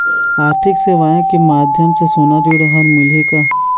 आरथिक सेवाएँ के माध्यम से सोना ऋण हर मिलही का?